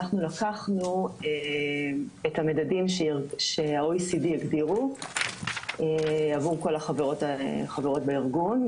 אנחנו לקחנו את המדדים שה-OECD הגדירו עבור כל החברות בארגון,